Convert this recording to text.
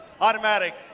Automatic